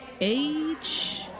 Age